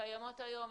שקיימות היום.